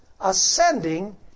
ascending